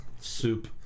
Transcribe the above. Soup